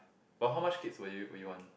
but how much kids will you will you want